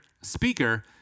speaker